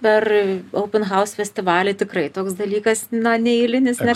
per open house festivalį tikrai toks dalykas na neeilinis ne